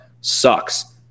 sucks